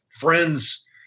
friends